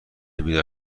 بیدار